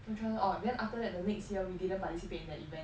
no choic~ orh then after that the next year we didn't participate in the event